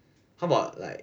how about like